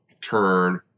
Turn